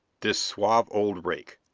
this suave old rake!